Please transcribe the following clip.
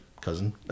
cousin